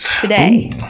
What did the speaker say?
today